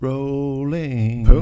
Rolling